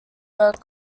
were